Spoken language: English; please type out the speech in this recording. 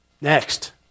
Next